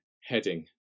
heading